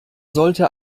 sollte